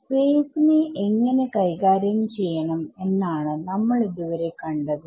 space നെ എങ്ങനെ കൈകാര്യം ചെയ്യണം എന്നാണ് നമ്മൾ ഇതുവരെ കണ്ടത്